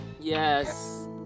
Yes